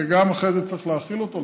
ואחרי זה גם צריך להאכיל אותו,